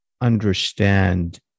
understand